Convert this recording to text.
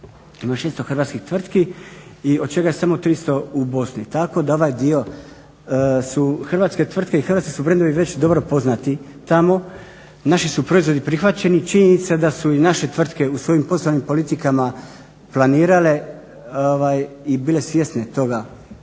600 hrvatskih tvrtki i od čega samo 300 u Bosni. Tako da ovaj dio su hrvatske tvrtke i hrvatski su brendovi već dobro poznati tamo, naši su proizvodi prihvaćeni. Činjenica je da su i naše tvrtke u svojim poslovnim politikama planirale i bile svjesne toga